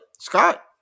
Scott